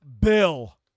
Bill